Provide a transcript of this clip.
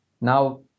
now